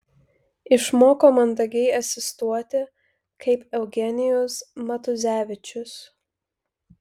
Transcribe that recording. išmoko mandagiai asistuoti kaip eugenijus matuzevičius